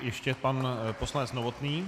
Ještě pan poslanec Novotný.